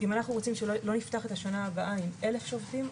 אם אנחנו רוצים שלא נפתח את השנה הבאה עם 1,000 שובתים,